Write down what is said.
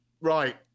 right